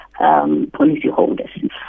policyholders